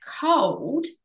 cold